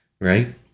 Right